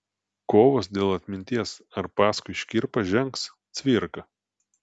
kovos dėl atminties ar paskui škirpą žengs cvirka